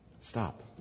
Stop